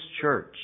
church